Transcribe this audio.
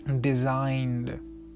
designed